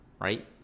right